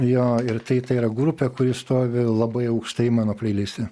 jo ir tai tai yra grupė kuri stovi labai aukštai mano plei liste